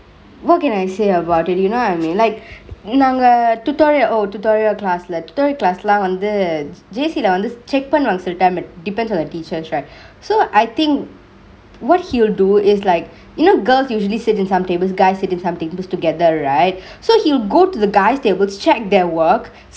what can I say about it you know what I mean நாங்க:naangke tutorial oh tutorial class like third class lah வந்து:vanthu J_C ல வந்து:le vanthu check பன்னுவாங்க சில:pannuvangke sila time depends on the teachers right so I think what he'll do is like you know girls usually sit in some tables guys sit in some tables together right so he'll go to the guys he will check their work